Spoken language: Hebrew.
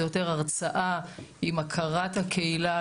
זה יותר הרצאה עם הכרת הקהילה.